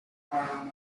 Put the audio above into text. farm